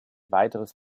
weiteres